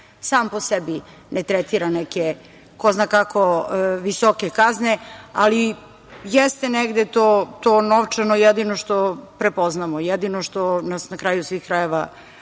sam po sebi ne tretira neke ko zna kako visoke kazne, ali jeste negde to novčano jedino što prepoznamo, jedino što nas, na kraju svih krajeva,